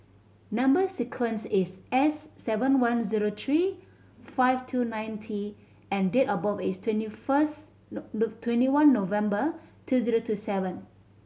number sequence is S seven one zero three five two nine T and date of birth is twenty first of twenty one November two zero two seven